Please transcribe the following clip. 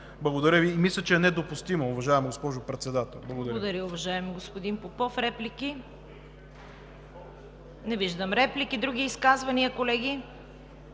друго и мисля, че е недопустимо, уважаема госпожо Председател. Благодаря Ви.